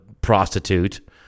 prostitute